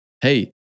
hey